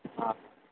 ହଁ